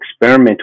experimental